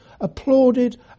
applauded